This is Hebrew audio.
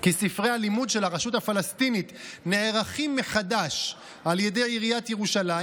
כי ספרי הלימוד של הרשות הפלסטינית נערכים מחדש על ידי עיריית ירושלים,